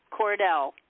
Cordell